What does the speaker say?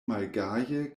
malgaje